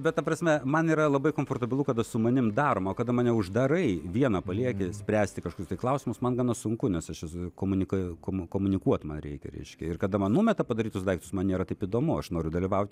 bet ta prasme man yra labai komfortabilu kada su manim daroma o kada mane uždarai vieną palieki spręsti kažkokius tai klausimus man gana sunku nes aš esu komunika komunikuot man reikia reiškia ir kada man numeta padarytus daiktus man nėra taip įdomu aš noriu dalyvauti